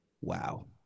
Wow